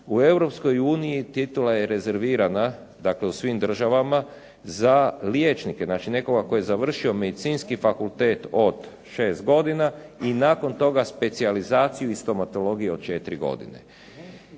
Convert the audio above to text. je rezervirana dakle u svim država za liječnike, znači nekoga tko je završio Medicinski fakultet od 6 godina i nakon toga specijalizaciju i stomatologiju od 4 godine.